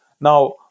Now